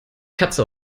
katze